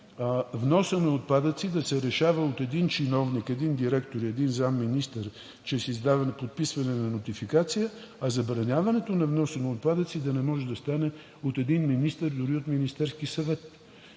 вносът на отпадъци да се решава от един чиновник, един директор и един заместник-министър чрез подписване на нотификация, а забраняването на вноса на отпадъци да не може да стане от един министър, дори от Министерския съвет.